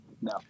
No